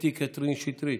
קטי קטרין שטרית,